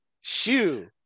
Shoe